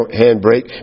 handbrake